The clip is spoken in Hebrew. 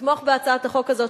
לתמוך בהצעת החוק הזאת,